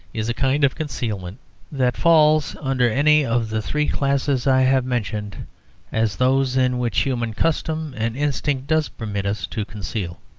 is a kind of concealment that falls under any of the three classes i have mentioned as those in which human custom and instinct does permit us to conceal.